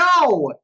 No